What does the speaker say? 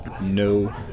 no